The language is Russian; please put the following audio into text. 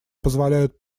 позволяют